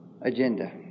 agenda